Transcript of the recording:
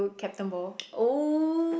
oh